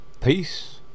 Peace